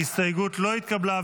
ההסתייגות לא התקבלה.